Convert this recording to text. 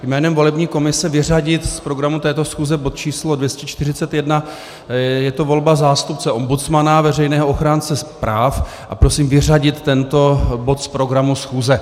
Jménem volební komise prosím vyřadit z programu této schůze bod číslo 241, je to volba zástupce ombudsmana, veřejného ochránce práv, a prosím vyřadit tento bod z programu schůze.